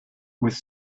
with